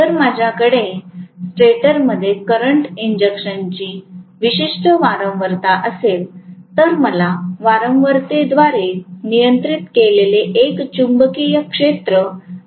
जर माझ्याकडे स्टेटरमध्ये करंट इंजेक्शनची विशिष्ट वारंवारता असेल तर मला वारंवारतेद्वारे नियंत्रित केलेले एक फिरणारे चुंबकीय क्षेत्र मिळेल